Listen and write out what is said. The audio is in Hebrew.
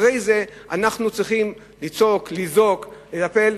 ואחרי זה אנחנו צריכים לצעוק ולזעוק, לטפל.